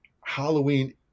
halloween